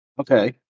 Okay